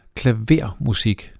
klavermusik